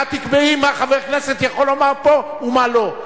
שאת תקבעי מה חבר כנסת יכול לומר פה ומה לא?